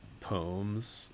poems